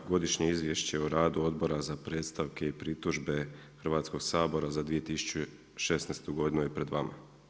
Godišnje izvješće o radu Odbora za predstavke i pritužbe Hrvatskoga sabora za 2016. godinu je pred vama.